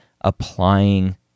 applying